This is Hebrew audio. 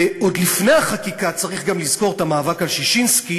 ועוד לפני החקיקה צריך גם לזכור את המאבק על ששינסקי